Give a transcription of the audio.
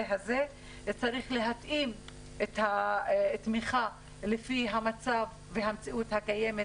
והתאמת התמיכה לפי המצב והמציאות הקיימת,